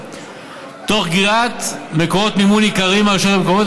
תוך גריעת מקורות מימון עיקריים מהרשויות המקומיות,